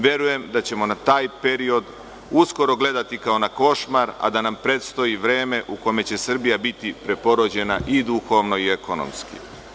Verujem da ćemo na taj period uskoro gledati kao na košmar, a da nam predstoji vreme u kojem će Srbija biti preporođena i duhovno i ekonomski.